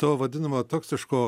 to vadinamo toksiško